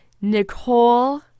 Nicole